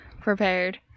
prepared